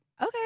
okay